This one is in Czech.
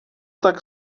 tak